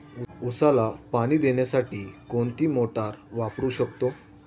उसाला पाणी देण्यासाठी कोणती मोटार वापरू शकतो?